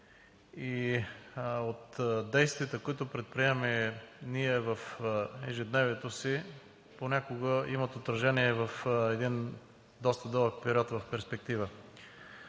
и действията, които ние предприемаме в ежедневието си, понякога имат отражение в един доста дълъг период в перспектива.